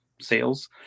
sales